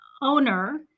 owner